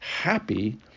happy